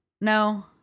No